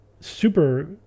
super